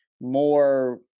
more